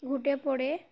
ঘুঁটে পোড়ে